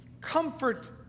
comfort